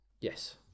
Yes